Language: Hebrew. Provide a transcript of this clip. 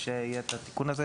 כשיהיה התיקון הזה,